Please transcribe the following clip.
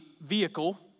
vehicle